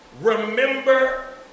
remember